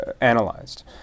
analyzed